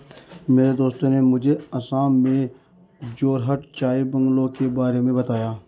मेरे दोस्त ने मुझे असम में जोरहाट चाय बंगलों के बारे में बताया